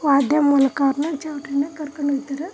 ವಾದ್ಯ ಮೂಲಕ ಅವ್ರನ್ನ ಚೌಲ್ಟ್ರಿಯಿಂದ ಕರ್ಕೊಂಡೋಗ್ತಾರ